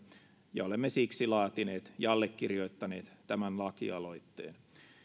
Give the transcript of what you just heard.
ja olemme siksi laatineet ja allekirjoittaneet tämän lakialoitteen